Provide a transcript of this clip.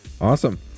Awesome